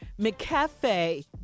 McCafe